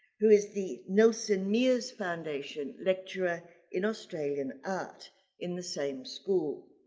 who is the nelson muir's foundation lecturer in australian art in the same school.